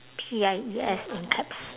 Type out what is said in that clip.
P I E S in caps